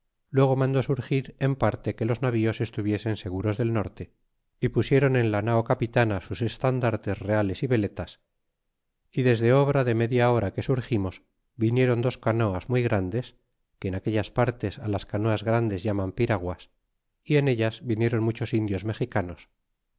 luego mandó surgir en parte que los navíos estuviesen seguros del norte y pusieron en la nao capitana sus estandartes reales y veletas y desde obra de media hora que surgimos vinieron dos canoas muy grandes que en aquellas partes las canoas grandes llaman piraguas y en ellas vinieron muchos indios mexicanos